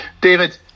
David